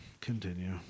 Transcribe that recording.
Continue